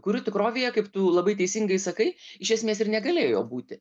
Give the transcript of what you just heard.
kurių tikrovėje kaip tu labai teisingai sakai iš esmės ir negalėjo būti